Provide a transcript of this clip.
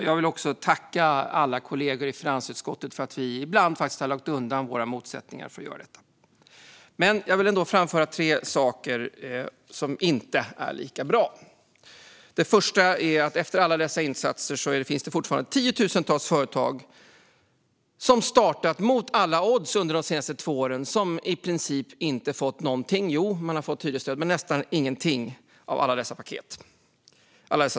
Jag vill tacka alla kollegor i finansutskottet för att vi ibland har lagt undan våra motsättningar för att göra detta. Men jag vill ändå framföra tre saker som inte är lika bra. Det första är att det efter alla dessa insatser fortfarande finns tiotusentals företag som har startat mot alla odds under de senaste två åren och som i princip inte har fått någonting, förutom hyresstöd, av alla dessa stödpaket.